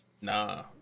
Nah